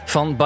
Van